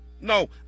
No